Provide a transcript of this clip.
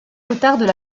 retardent